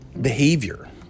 behavior